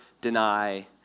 deny